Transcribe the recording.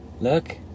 Look